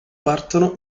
partono